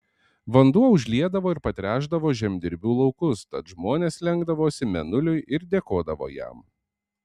vanduo užliedavo ir patręšdavo žemdirbių laukus tad žmonės lenkdavosi mėnuliui ir dėkodavo jam